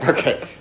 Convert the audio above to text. Okay